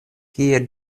kie